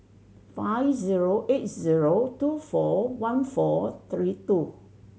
five zero eight zero two four one four three two